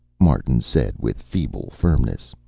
martin said with feeble firmness.